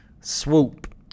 Swoop